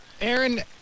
Aaron